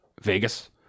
Vegas